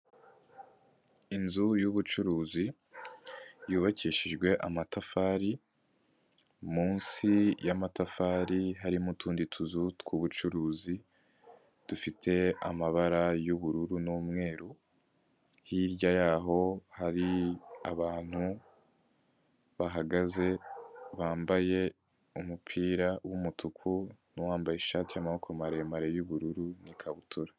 Inzu yubucuruzi yubakishijwe amatafari munsi y'amatafari harimo utundi tuzu tw'ubucuruzi dufite amabara y'ubururu n'umweru, hirya yaho hari abantu bahagaze bambaye umupira w'umutuku n'uwambaye ishati y'amaboko maremare y'ubururu n'ikabutura.